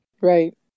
Right